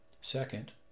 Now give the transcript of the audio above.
Second